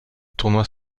tournois